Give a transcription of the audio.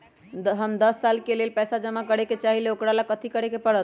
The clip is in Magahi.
हम दस साल के लेल पैसा जमा करे के चाहईले, ओकरा ला कथि करे के परत?